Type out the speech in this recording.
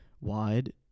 wide